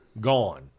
gone